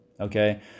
Okay